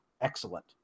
excellent